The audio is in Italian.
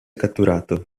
catturato